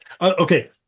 okay